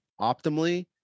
Optimally